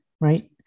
right